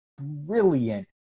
brilliant